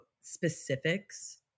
specifics